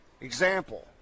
Example